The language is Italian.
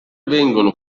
vengono